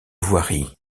voirie